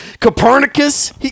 copernicus